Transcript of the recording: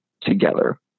together